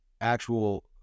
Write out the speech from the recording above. actual